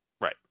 right